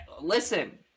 Listen